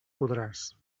podràs